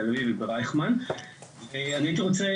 תל אביב ובאוניברסיטת רייכמן ואני הייתי רוצה